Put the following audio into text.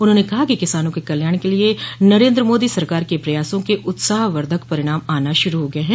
उन्होंने कहा कि किसानों के कल्याण के लिए नरेन्द्र मादी सरकार के प्रयासों के उत्साहवर्धक परिणाम आना शुरू हो गये हैं